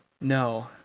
No